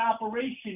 operation